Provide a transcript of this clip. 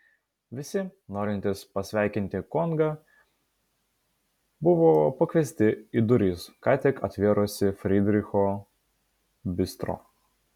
visi norintys pasveikinti kongą buvo pakviesti į duris ką tik atvėrusį frydricho bistro